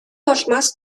улмаас